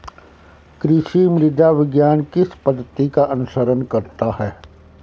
कृषि मृदा विज्ञान किस पद्धति का अनुसरण करता है?